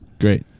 Great